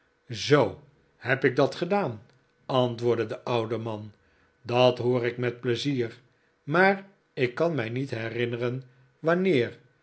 zoo heb ik dat gedaan antwoordde de oude man dat hoor ik met plezier maar ik kan mij niet herinneren wanneer